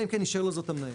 אלא אם כן אישר לו זאת המנהל.